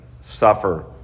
suffer